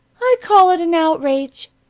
i call it an outrage,